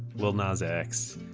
lil nas x,